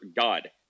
God